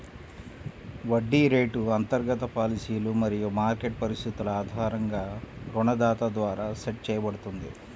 వడ్డీ రేటు అంతర్గత పాలసీలు మరియు మార్కెట్ పరిస్థితుల ఆధారంగా రుణదాత ద్వారా సెట్ చేయబడుతుంది